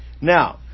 Now